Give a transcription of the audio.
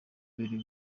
biri